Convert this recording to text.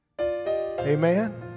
Amen